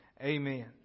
Amen